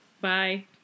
Bye